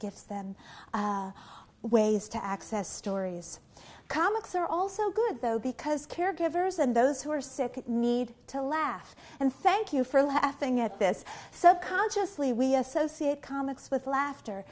them ways to access stories comics are also good though because caregivers and those who are sick need to laugh and thank you for laughing at this so consciously we associate comics with laughter